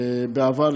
בעבר,